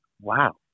wow